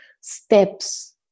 steps